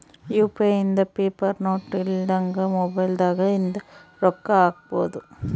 UPI ಇಂದ paper note ಇಲ್ದಂಗ mobile ದಾಗ ಇಂದ ರೊಕ್ಕ ಹಕ್ಬೊದು